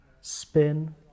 spin